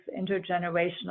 intergenerational